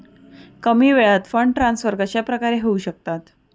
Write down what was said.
कमी वेळात fund transfer कशाप्रकारे होऊ शकतात?